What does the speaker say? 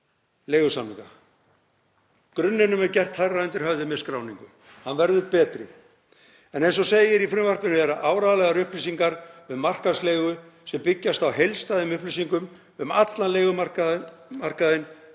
leigusamninga.“ Grunninum er gert hærra undir höfði með skráningu. Hann verður betri. „Eins og segir í frumvarpinu eru áreiðanlegar upplýsingar um markaðsleigu sem byggjast á heildstæðum upplýsingum um allan leigumarkaðinn